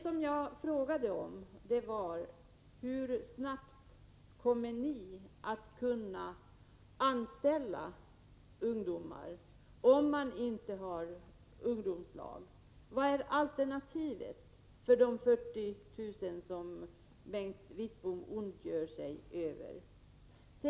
Vad jag frågade var hur snabbt ni kommer att kunna anställa ungdomar, om vi inte har några ungdomslag. Vad är alternativet för de 40 000 som Bengt Wittbom ondgör sig över?